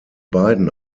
beiden